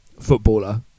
footballer